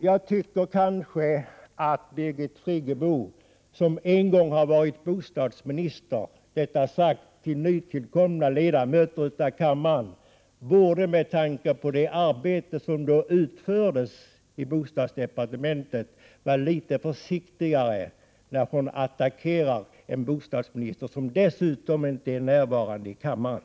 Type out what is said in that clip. Jag tycker kanske att Birgit Friggebo, som en gång har varit bostadsminister — detta sagt till nytillkomna ledamöter i kammaren — bl.a. med tanke på det arbete som då utfördes i bostadsdepartementet skall vara litet försiktigare när hon attackerar en bostadsminister, som dessutom inte är närvarande i kammaren.